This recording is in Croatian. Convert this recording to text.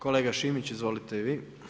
Kolega Šimić izvolite vi.